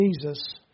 Jesus